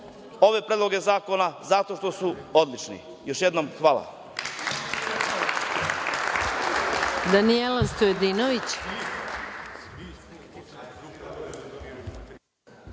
ove predloge zakona zato što su odlični. Još jednom hvala.